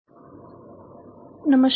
શુભ બપોર